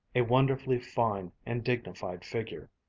a wonderfully fine and dignified figure.